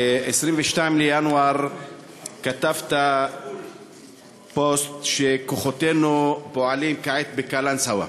ב-22 בינואר כתבת פוסט שכוחותינו פועלים כעת בקלנסואה,